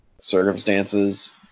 circumstances